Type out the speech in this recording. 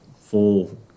Full